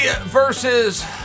versus